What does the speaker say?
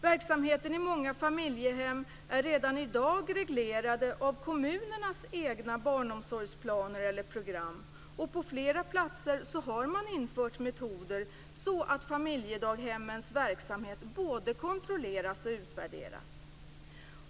Verksamheten i många familjehem är redan i dag reglerad av kommunernas egna barnomsorgsplaner eller program. På flera platser har man infört metoder så att familjedaghemmens verksamhet både kontrolleras och utvärderas.